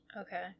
Okay